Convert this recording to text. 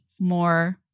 more